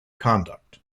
conduct